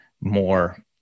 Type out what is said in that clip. more